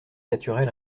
naturels